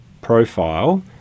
profile